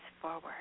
forward